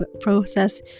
process